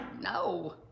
no